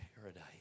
paradise